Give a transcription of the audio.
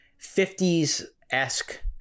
50s-esque